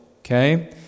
Okay